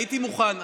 הייתי מוכן,